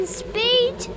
speed